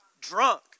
drunk